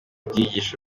byigisha